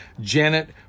Janet